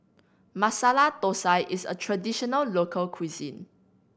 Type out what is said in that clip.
Masala Thosai is a traditional local cuisine